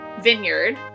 vineyard